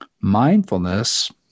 mindfulness